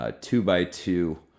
two-by-two